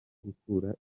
gukura